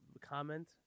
comment